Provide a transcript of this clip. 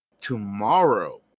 tomorrow